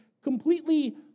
completely